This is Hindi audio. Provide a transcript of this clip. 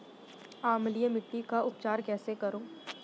अम्लीय मिट्टी का उपचार कैसे करूँ?